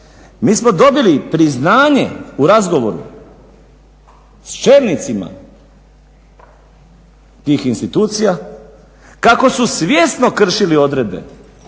mi smo dobili priznanje u razgovoru s čelnicima tih institucija kako su svjesno kršili odredbe